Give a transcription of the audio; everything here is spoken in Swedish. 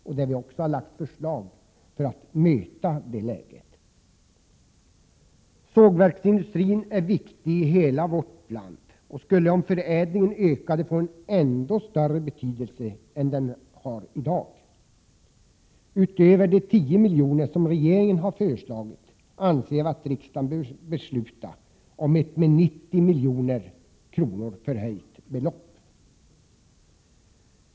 Vi har även lagt fram förslag för att möta detta läge. Sågverksindustrin är viktig i hela vårt land och skulle, om förädlingen ökade, få en ännu större betydelse än den har i dag. Utöver de 10 milj.kr. som regeringen har föreslagit anser vi att riksdagen bör besluta om ett med 90 milj.kr. förhöjt belopp.